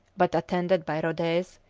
but, attended by rhodez,